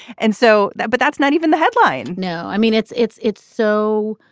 and so that. but that's not even the headline no, i mean, it's it's it's so,